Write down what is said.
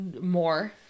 more